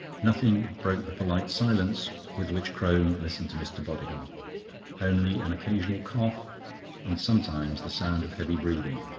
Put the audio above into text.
nothing broke the polite silence with which crome listened to mr. bodiham only an occasional cough and sometimes the sound of heavy breathing.